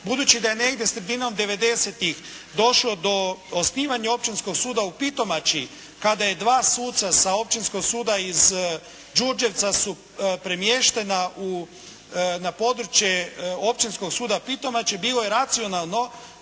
Budući da je negdje sredinom devedesetih došlo do osnivanja Općinskog suda u Pitomači kada je dva suca sa Općinskog suda iz Đurđevca su premještena na područje Općinskog suda u Pitomači bilo je racionalno